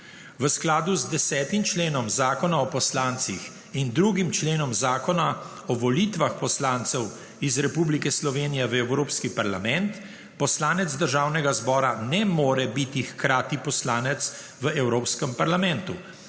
V skladu z 10. členom Zakona o poslancih in 2. členom Zakona o volitvah poslancev iz Republike Slovenije v Evropski parlament, poslanec Državnega zbora ne more biti hkrati poslanec v Evropskem parlamentu.